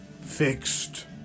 fixed